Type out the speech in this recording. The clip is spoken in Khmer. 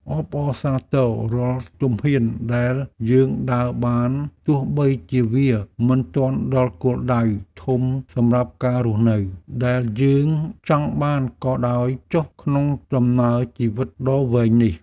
អបអរសាទររាល់ជំហានដែលយើងដើរបានទោះបីជាវាមិនទាន់ដល់គោលដៅធំសម្រាប់ការរស់នៅដែលយើងចង់បានក៏ដោយចុះក្នុងដំណើរជីវិតដ៏វែងនេះ។